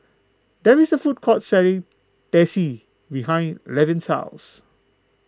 there is a food court selling Teh C behind Levin's house